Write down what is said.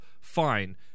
fine